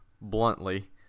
bluntly